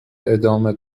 ادامه